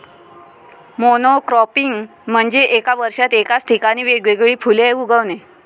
monocropping म्हणजे एका वर्षात एकाच ठिकाणी वेगवेगळी फुले उगवणे